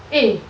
eh